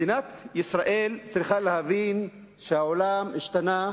מדינת ישראל צריכה להבין שהעולם השתנה,